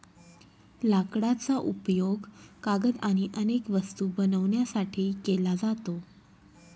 लाकडाचा उपयोग कागद आणि अनेक वस्तू बनवण्यासाठी केला जातो